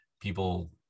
people